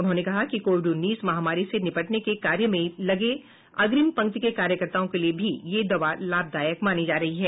उन्होंने कहा कि कोविड उन्नीस महामारी से निपटने के कार्य में लगे अग्रिम पंक्ति के कार्यकर्ताओं के लिए भी यह दवा लाभदायक मानी जा रही है